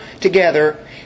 together